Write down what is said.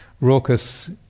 raucous